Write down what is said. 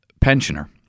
pensioner